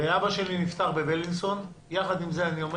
אבא שלי נפטר בבילינסון, ויחד עם זה אני אומר